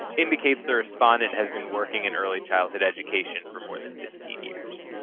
indicates the respondent has been working in early childhood education for more than fifteen years.